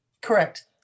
Correct